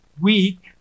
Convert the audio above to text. week